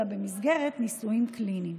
אלא במסגרת ניסויים קליניים.